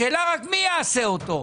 השאלה רק מי יעשה אותו?